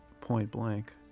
point-blank